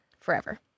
Forever